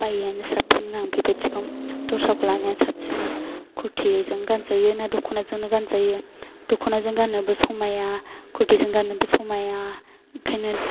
बायिआनो साबसिनमोन आं बेबायदिखौ दस्राखौ लानाया साबसिनमोन कुर्टिजों गानजायो ना दखनाजोंनो गानजायो दखनाजों गाननोबो समाया कुर्टिजों गाननोबो समाया बेनिखायनो